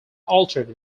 altered